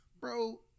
Bro